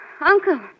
Uncle